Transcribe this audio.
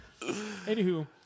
Anywho